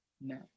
no